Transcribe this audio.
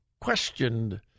questioned